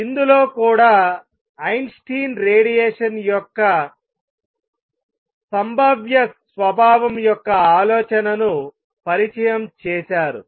ఇందులో కూడా Einstein radiation యొక్క సంభావ్య స్వభావం యొక్క ఆలోచనను పరిచయం చేశారు